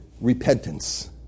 repentance